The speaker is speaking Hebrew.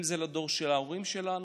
אם זה לדור של ההורים שלנו,